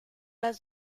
las